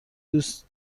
دوست